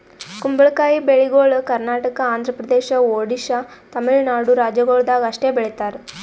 ಕುಂಬಳಕಾಯಿ ಬೆಳಿಗೊಳ್ ಕರ್ನಾಟಕ, ಆಂಧ್ರ ಪ್ರದೇಶ, ಒಡಿಶಾ, ತಮಿಳುನಾಡು ರಾಜ್ಯಗೊಳ್ದಾಗ್ ಅಷ್ಟೆ ಬೆಳೀತಾರ್